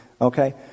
Okay